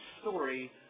story